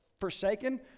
forsaken